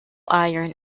iron